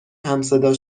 همصدا